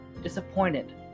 disappointed